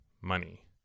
money